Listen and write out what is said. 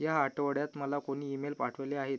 ह्या आठवड्यात मला कोणी इमेल पाठवले आहेत